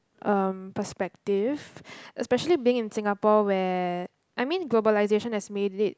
um perspective especially being in Singapore where I mean globalization has made it